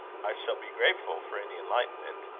i shall be grateful for any enlightenment.